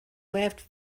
laughed